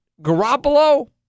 Garoppolo